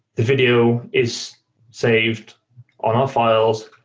the video is saved on our files,